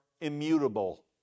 immutable